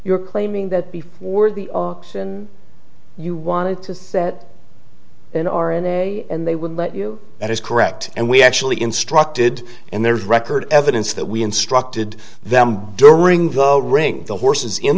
you're claiming that before the auction you wanted to set an r n a and they would let you that is correct and we actually instructed and there's record evidence that we instructed them during the ring the horses in